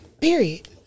Period